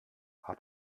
hat